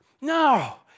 No